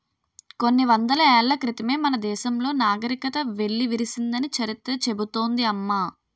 కొన్ని వందల ఏళ్ల క్రితమే మన దేశంలో నాగరికత వెల్లివిరిసిందని చరిత్ర చెబుతోంది అమ్మ